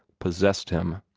possessed him.